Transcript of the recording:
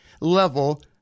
level